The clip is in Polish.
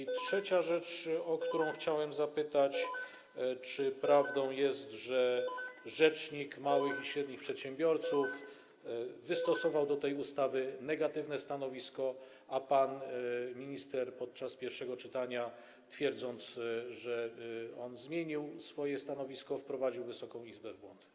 I trzecia rzecz, o którą chciałbym zapytać: Czy prawdą jest, że rzecznik małych i średnich przedsiębiorców wystosował wobec tej ustawy negatywne stanowisko, a pan minister podczas pierwszego czytania, twierdząc, że on zmienił swoje stanowisko, wprowadził Wysoką Izbę w błąd?